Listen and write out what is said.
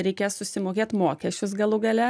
reikės susimokėt mokesčius galų gale